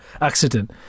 accident